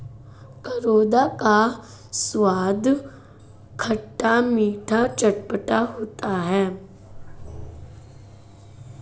करौंदा का स्वाद खट्टा मीठा चटपटा होता है